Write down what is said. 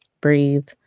Breathe